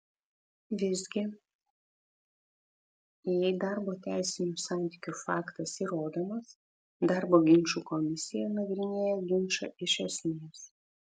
visgi jei darbo teisinių santykių faktas įrodomas darbo ginčų komisija nagrinėja ginčą iš esmės